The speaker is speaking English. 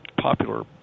popular